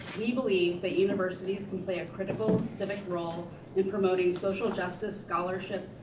we believe that universities can play a critical, civic role in promoting social justice, scholarship,